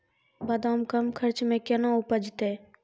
बादाम कम खर्च मे कैना उपजते?